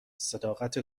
صداقت